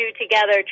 together